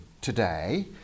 today